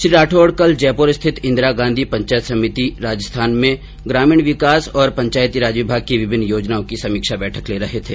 श्री राठौड़ ने कल जयपुर स्थित इन्दिरा गांधी पंचायती राज संस्थान में ग्रामीण विकास और पंचायती राज विभाग की विभिन्न योजनाओं की समीक्षा बैठक ले रहे थे